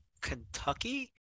Kentucky